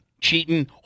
cheating